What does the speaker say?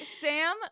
Sam